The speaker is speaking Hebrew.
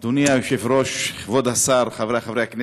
אדוני היושב-ראש, כבוד השר, חברי הכנסת.